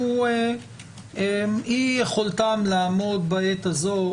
הוא אי יכולתם לעמוד בעת הזו,